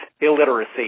Illiteracy